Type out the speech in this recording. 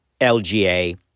LGA